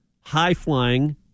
High-flying